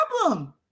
problem